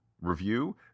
review